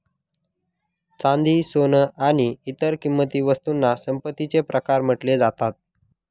चांदी, सोन आणि इतर किंमती वस्तूंना संपत्तीचे प्रकार म्हटले जातात